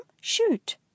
Shoot